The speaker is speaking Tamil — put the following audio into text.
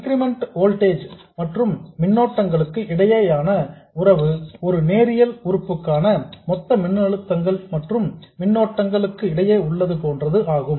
இன்கிரிமெண்டல் வோல்டேஜஸ் மற்றும் மின்னோட்டங்களுக்கு இடையேயான உறவு ஒரு நேரியல் உறுப்புக்கான மொத்த மின்னழுத்தங்கள் மற்றும் மின்னோட்டங்களுக்கு இடையே உள்ளதை போன்றது ஆகும்